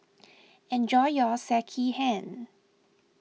enjoy your Sekihan